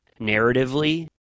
narratively